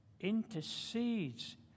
intercedes